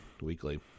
weekly